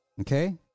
Okay